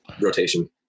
rotation